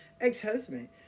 ex-husband